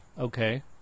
Okay